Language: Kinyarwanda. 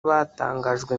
batangajwe